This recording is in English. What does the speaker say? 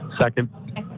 Second